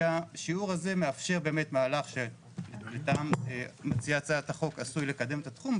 שהשיעור הזה מאפשר באמת מהלך שלטעם מציע הצעת החוק עשוי לקדם את התחום.